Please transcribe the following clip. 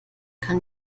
kann